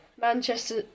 Manchester